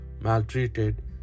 maltreated